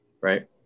right